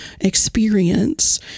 experience